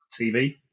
TV